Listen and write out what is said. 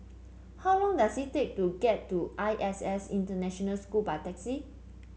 how long does it take to get to I S S International School by taxi